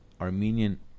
Armenian